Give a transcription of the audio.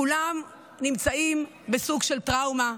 כולם נמצאים בסוג של טראומה,